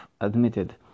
admitted